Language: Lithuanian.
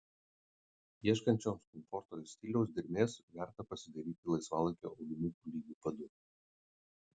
ieškančioms komforto ir stiliaus dermės verta pasidairyti laisvalaikio aulinukų lygiu padu